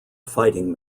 fighting